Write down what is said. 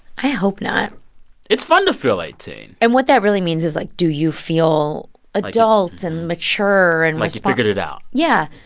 i hope not it's fun to feel eighteen point and what that really means is like, do you feel adult and mature. and like you figured it out yeah.